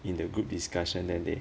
in the group discussion then they